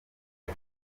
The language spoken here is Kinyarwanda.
ati